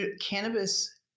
cannabis